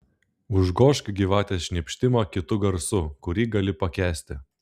užgožk gyvatės šnypštimą kitu garsu kurį gali pakęsti